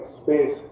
space